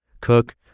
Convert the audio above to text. cook